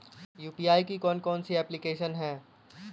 UPI की कौन कौन सी एप्लिकेशन हैं?